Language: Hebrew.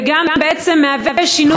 וגם בעצם מהווה שינוי,